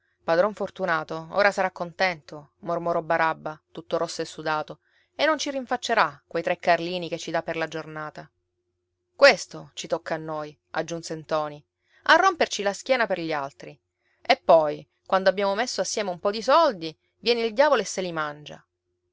padron fortunato ora sarà contento mormorò barabba tutto rosso e sudato e non ci rinfaccerà quei tre carlini che ci dà per la giornata questo ci tocca a noi aggiunse ntoni a romperci la schiena per gli altri e poi quando abbiamo messo assieme un po di soldi viene il diavolo e se li mangia